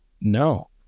no